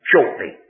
shortly